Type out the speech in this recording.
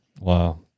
Wow